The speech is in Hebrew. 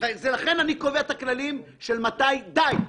לכן אני קובע הכללים מתי די.